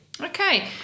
Okay